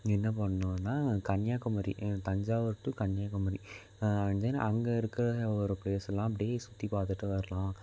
என்ன பண்ணிணோன்னா கன்னியாகுமரி தஞ்சாவூர் டு கன்னியாகுமரி வந்து அங்கே இருக்கிற ஒரு ப்ளேஸெல்லாம் அப்டேயே சுற்றி பார்த்துட்டு வரலாம்